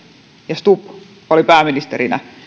ja stubb olivat pääministereinä